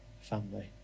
family